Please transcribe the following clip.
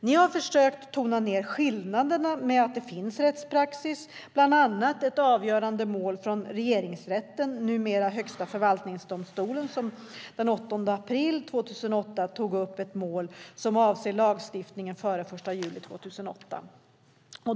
Ni har försökt tona ned skillnaden, men det finns rättspraxis, bland annat ett avgörande mål från Regeringsrätten - numera Högsta förvaltningsdomstolen - som den 8 april 2008 tog upp ett mål som avser lagstiftningen före den 1 juli 2008.